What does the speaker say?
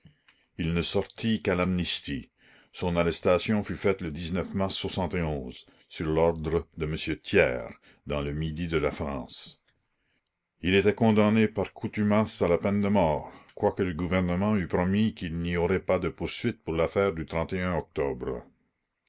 il ne sortit qu'à l'amnistie son arrestation fut faite le mars sur l'ordre de m thiers dans le midi de la france la commune il était condamné par contumace à la peine de mort quoique le gouvernement eût promis qu'il n'y aurait pas de poursuites pour l'affaire du octobre